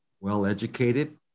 well-educated